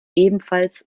ebenfalls